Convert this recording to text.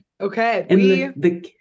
Okay